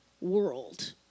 world